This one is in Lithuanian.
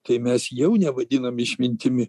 tai mes jau nevadinam išmintimi